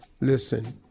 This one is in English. listen